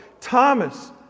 Thomas